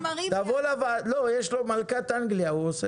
הוא עושה תנועות ידיים של מלכת אנגליה.